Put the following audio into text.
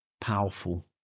powerful